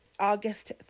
August